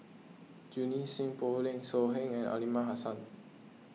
Junie Sng Poh Leng So Heng and Aliman Hassan